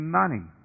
money